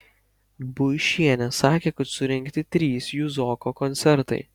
buišienė sakė kad surengti trys juzoko koncertai